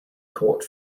court